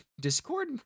discord